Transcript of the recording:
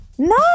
No